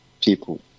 people